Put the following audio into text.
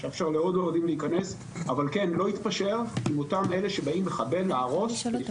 לא להתפשר עם אותם אלה שבאים לחבל ולהרוס.